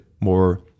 more